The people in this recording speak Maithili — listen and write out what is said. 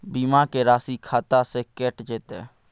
बीमा के राशि खाता से कैट जेतै?